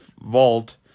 vault